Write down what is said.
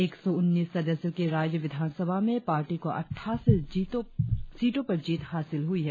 एक सौ उन्नीस सदस्यों की राज्य विधानसभा में पार्टी को अटठासी सीटों पर जीत हासिल हुई है